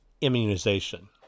Immunization